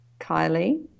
Kylie